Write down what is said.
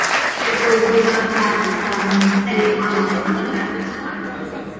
therefore we do not have any comments on them at this time. okay,